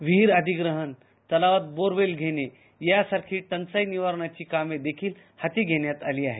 विहीर अधिग्रहण तलावात बोखेल घेणे यासारखी टंचाई निवारणाची कामे देखील हाती घेण्यात आली आहे